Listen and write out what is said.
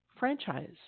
franchise